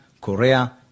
Korea